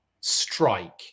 Strike